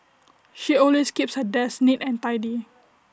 she always keeps her desk neat and tidy